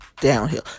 downhill